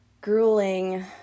grueling